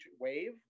wave